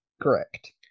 Correct